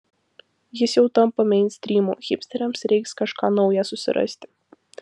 jis jau tampa meinstrymu hipsteriams reiks kažką naują susirasti